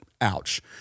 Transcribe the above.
Ouch